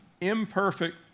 imperfect